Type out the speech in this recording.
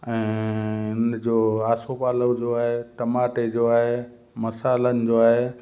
ऐं इन जो आसो पालो जो आही टमाटे जो आहे मसाल्हनि जो आहे